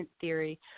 theory